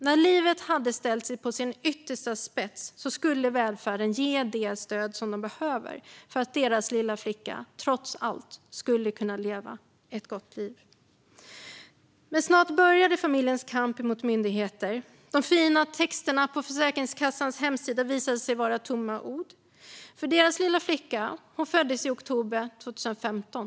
När livet hade ställt sig på sin yttersta spets skulle välfärden ge dem allt stöd de behövde för att deras lilla flicka, trots allt, skulle kunna leva ett gott liv. Men snart började familjens kamp mot myndigheterna. De fina texterna på Försäkringskassans hemsida visade sig vara tomma ord - för deras lilla flicka föddes i oktober 2015.